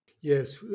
Yes